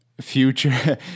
future